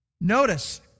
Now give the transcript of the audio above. Notice